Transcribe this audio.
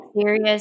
serious